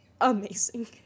Amazing